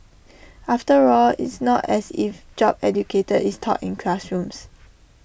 after all it's not as if job educator is taught in classrooms